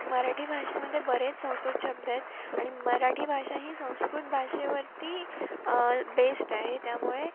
मराठी भाषेमध्ये बरेच संस्कृत शब्द आहेत आणि मराठी भाषा ही संस्कृत भाषेवरती बेस्ड आहे त्यामुळे